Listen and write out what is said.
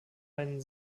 einen